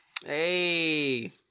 Hey